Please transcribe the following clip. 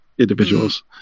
Individuals